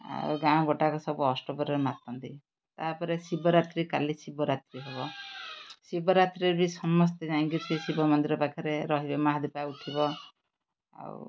ଆଉ ଗାଁ ଗୋଟାକ ସବୁ ଅଷ୍ଟପ୍ରହରୀରେ ମାତନ୍ତି ତା'ପରେ ଶିବରାତ୍ରି କାଲି ଶିବରାତ୍ରି ହବ ଶିବରାତ୍ରିରେ ବି ସମସ୍ତେ ଯାଇଁ କରି ସେ ଶିବ ମନ୍ଦିର ପାଖରେ ରହିବେ ମହାଦୀପ ଉଠିବ ଆଉ